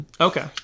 Okay